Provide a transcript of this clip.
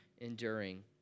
enduring